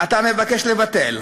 אתה מבקש לבטל,